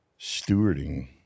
stewarding